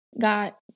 got